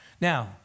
Now